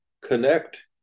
connect